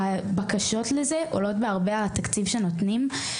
הבקשות לזה עולות בהרבה על התקציב שנותנים.